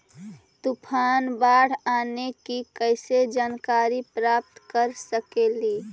तूफान, बाढ़ आने की कैसे जानकारी प्राप्त कर सकेली?